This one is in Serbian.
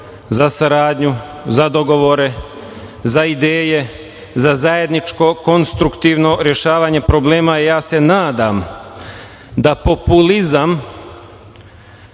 za saradnju, za dogovore, za ideje, za zajedničko konstruktivno rešavanje problema. Ja se nadam da populizam